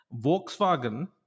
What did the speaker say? Volkswagen